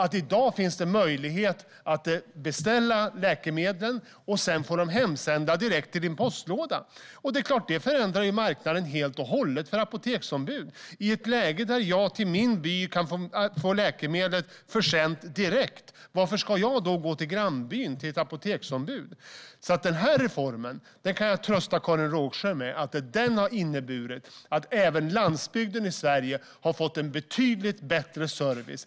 I dag finns det möjlighet att beställa läkemedel och få dem hemsända direkt till postlådan, vilket naturligtvis förändrar marknaden för apoteksombud helt och hållet. Varför ska jag gå till ett apoteksombud i grannbyn när jag kan få läkemedlet försänt direkt till min by? Jag kan trösta Karin Rågsjö med att den här reformen har inneburit att även landsbygden i Sverige har fått en betydligt bättre service.